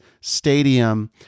stadium